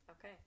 Okay